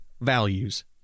values